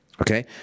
okay